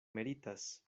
meritas